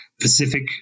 Pacific